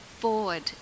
Forward